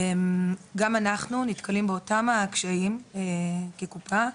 גם אנחנו נתקלים באותם הקשיים כקופה.